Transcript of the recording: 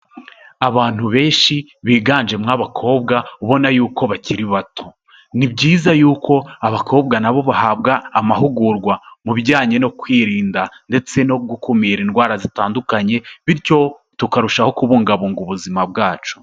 Abantu benshi biganjemo abakobwa ubona yuko bakiri bato. Ni byiza yuko abakobwa na bo bahabwa amahugurwa mu bijyanye no kwirinda ndetse no gukumira indwara zitandukanye bityo tukarushaho kubungabunga ubuzima bwacu.